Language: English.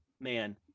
man